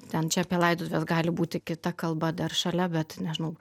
ten čia apie laidotuves gali būti kita kalba dar šalia bet nežinau